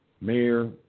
Mayor